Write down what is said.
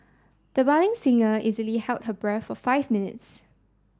the budding singer easily held her breath for five minutes